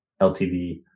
LTV